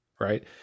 right